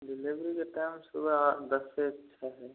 generally ये काम सुबह दस से छः है